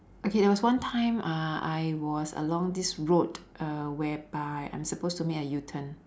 okay there was one time uh I was along this road uh whereby I'm supposed to make a u turn